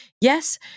Yes